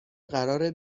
قراره